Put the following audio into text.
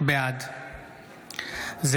בעד עמיחי אליהו,